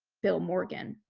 bill morgan.